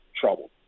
trouble